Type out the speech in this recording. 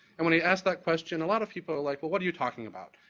and when i ask that question, a lot of people are like, what what are you talking about?